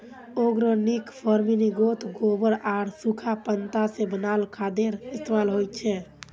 organic फर्मिन्गोत गोबर आर सुखा पत्ता से बनाल खादेर इस्तेमाल होचे